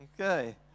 okay